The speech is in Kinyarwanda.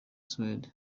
suède